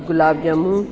gulab jamun